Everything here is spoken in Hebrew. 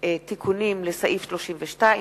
תיקונים לסעיף 32,